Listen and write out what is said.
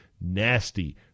nasty